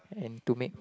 and to make